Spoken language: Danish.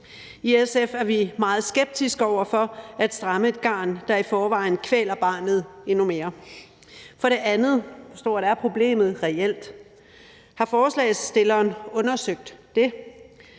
I SF er vi meget skeptiske over for at stramme et garn, der i forvejen kvæler barnet, endnu mere. For det andet: Hvor stort er problemet reelt? Har forslagsstilleren undersøgt det?